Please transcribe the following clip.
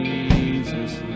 Jesus